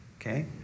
okay